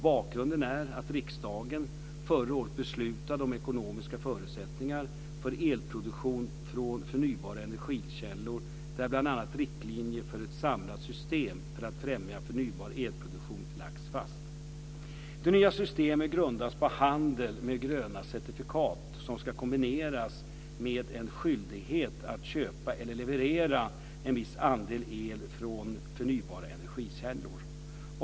Bakgrunden är att riksdagen förra året beslutade om ekonomiska förutsättningar för elproduktion från förnybara energikällor där bl.a. riktlinjer för ett samlat system för att främja förnybar elproduktion lagts fast . Det nya systemet grundas på handel med gröna certifikat som ska kombineras med en skyldighet att köpa eller leverera en viss andel el från förnybara energikällor.